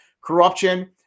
corruption